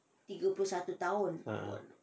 a'ah